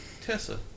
Tessa